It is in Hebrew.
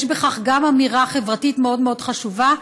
יש בכך גם אמירה חברתית מאוד מאוד חשובה,